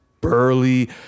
burly